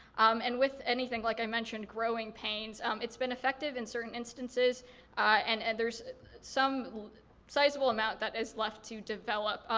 um and with anything like i mentioned growing pains, um it's been effective in certain instances and and there's some sizable amount that is left to develop.